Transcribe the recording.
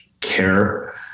care